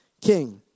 king